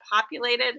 populated